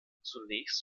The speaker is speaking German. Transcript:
zunächst